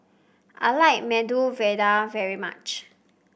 I like Medu Vada very much